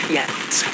Yes